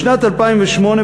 בשנת 2008,